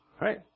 right